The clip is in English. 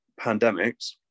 pandemics